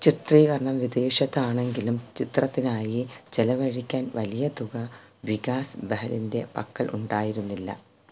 ചിത്രീകരണം വിദേശത്ത് ആണെങ്കിലും ചിത്രത്തിനായി ചിലവഴിക്കാൻ വലിയ തുക വികാസ് ബഹലിൻ്റെ പക്കൽ ഉണ്ടായിരുന്നില്ല